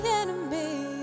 enemy